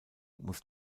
muss